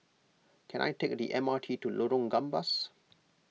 can I take the M R T to Lorong Gambas